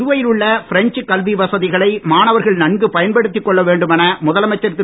புதுவையில் உள்ள பிரெஞ்ச் கல்வி வசதிகளை மாணவர்கள் நன்கு பயன்படுத்திக் கொள்ள வேண்டுமென முதலமைச்சர் திரு